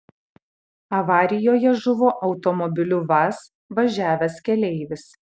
avarijoje žuvo automobiliu vaz važiavęs keleivis